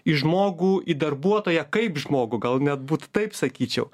į žmogų į darbuotoją kaip žmogų gal net būtų taip sakyčiau